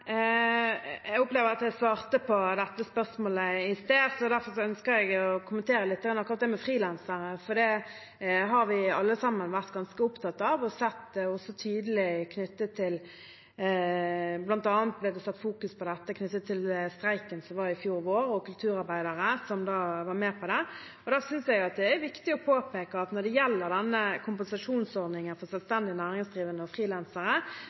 Jeg opplever at jeg svarte på dette spørsmålet i sted, så derfor ønsker jeg å kommentere lite grann akkurat det med frilansere, for det har vi alle sammen vært ganske opptatt av og sett tydelig. Det ble bl.a. satt fokus på dette knyttet til streiken som var i fjor vår, da kulturarbeidere var med på det. Jeg synes det er viktig å påpeke at når det gjelder denne kompensasjonsordningen for selvstendig næringsdrivende og frilansere,